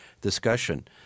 discussion –